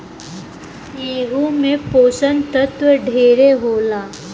एहू मे पोषण तत्व ढेरे होला